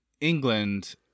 England